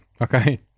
Okay